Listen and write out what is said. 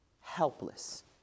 helpless